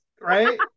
right